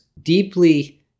deeply